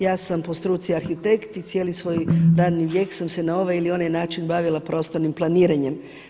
Ja sam po struci arhitekt i cijeli svoj radni vijek sam se na ovaj ili onaj način bavila prostornim planiranjem.